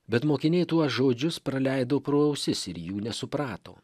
bet mokiniai tuos žodžius praleido pro ausis ir jų nesuprato